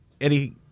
Eddie